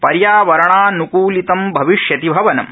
पर्यावरणान्कुलितं भविष्यति भवनम्